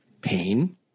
pain